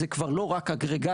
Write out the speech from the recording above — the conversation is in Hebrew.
זה כבר לא רק אגרגטים,